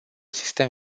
sistem